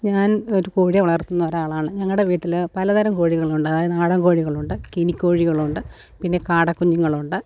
ഞാൻ ഒരു കോഴിയെ വളർത്തുന്ന ഒരാളാണ് ഞങ്ങളുടെ വീട്ടില് പലതരം കോഴികളുണ്ട് അതായത് നാടൻ കോഴികളുണ്ട് കിനി കോഴികളുണ്ട് പിന്നെ കാട കുഞ്ഞുങ്ങളുണ്ട്